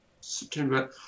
September